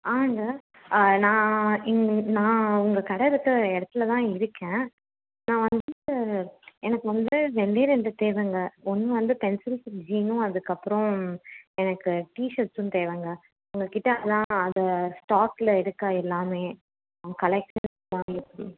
ஆமாம்ங்க ஆ நான் இங்க நான் உங்கள் கடை இருக்கிற இடத்துலதான் இருக்கேன் நான் வந்து எனக்கு வந்து ரெண்டே ரெண்டு தேவைங்க ஒன்று வந்து பென்சில் ஃபிட் ஜீனும் அதுக்கப்புறம் எனக்கு டிஷர்ட்ஸும் தேவைங்க உங்கள்கிட்ட அதான் அதை ஸ்டாக்கில் இருக்கா எல்லாமே கலெக்ஷன்ஸ்லாம் எப்படி